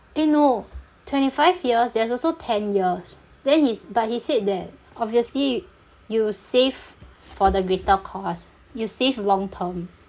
eh no twenty five years there's also ten years then he but he said that obviously you save for the greater cause you save long term